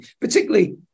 Particularly